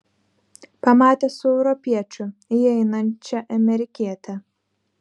pamatė su europiečiu įeinančią amerikietę